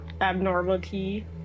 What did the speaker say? abnormality